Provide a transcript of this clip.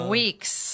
weeks